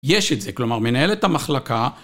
יש את זה, כלומר מנהלת המחלקה